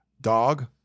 dog